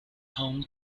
home